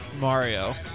Mario